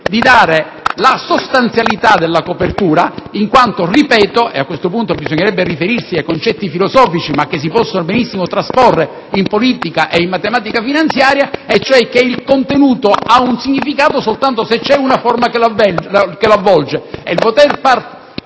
di determinare la sostanzialità della copertura, in quanto, ripeto, (e a questo punto bisognerebbe riferirsi a concetti filosofici, ma che si possono benissimo trasporre in politica e in matematica finanziaria) il contenuto ha significato soltanto se vi è una forma che l'avvolge.